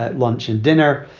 ah lunch, and dinner.